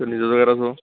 নিজৰ জেগাত আছোঁ